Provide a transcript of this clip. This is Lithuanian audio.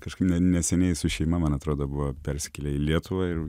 kažkaip neseniai su šeima man atrodo buvo persikėlę į lietuvą ir